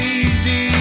easy